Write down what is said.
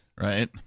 Right